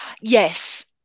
Yes